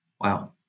Wow